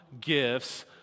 gifts